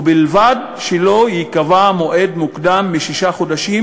ובלבד שלא ייקבע מועד מוקדם משישה חודשים